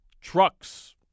trucks